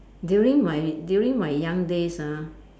during my during my young days ah